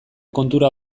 kontura